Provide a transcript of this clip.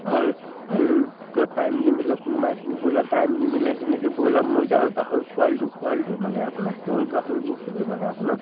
আৰু কি কয় টাইম নিমিলে কোনোবা এখিনি ব্ৰইলাৰ টাইম নিমিলে সেনেকৈ ব্ৰইলাৰ মৰি যায় গাহৰি পোৱালিটো পোৱালিটো মানে আপোনাৰ কি হ'ল গাহৰি বস্তুটো মানে আপোনাৰ